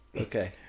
Okay